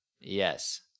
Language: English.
Yes